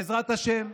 בעזרת השם,